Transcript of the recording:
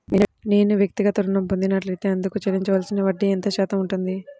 నేను వ్యక్తిగత ఋణం పొందినట్లైతే అందుకు చెల్లించవలసిన వడ్డీ ఎంత శాతం ఉంటుంది?